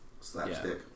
slapstick